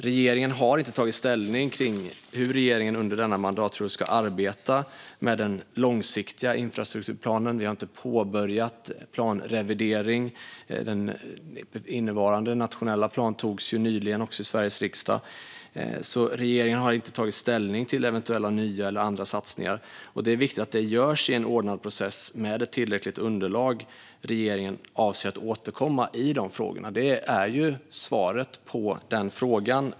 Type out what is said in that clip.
Regeringen har inte tagit ställning till hur den under denna mandatperiod ska arbeta med den långsiktiga infrastrukturplanen. Vi har inte påbörjat planrevideringen. Den innevarande nationella planen antogs ju nyligen i Sveriges riksdag. Regeringen har alltså inte tagit ställning till eventuella nya eller andra satsningar. Det är viktigt att detta görs i en ordnad process med ett tillräckligt underlag. Regeringen avser att återkomma i dessa frågor. Det här är svaret på den andra frågan.